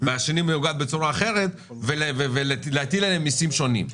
והשני מאוגד בצורה אחרת ולהטיל עליהם מסים שונים.